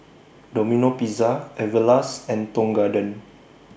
Domino Pizza Everlast and Tong Garden